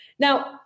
Now